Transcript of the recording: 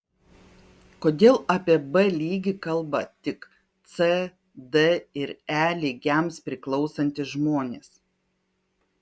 kodėl apie b lygį kalba tik c d ir e lygiams priklausantys žmonės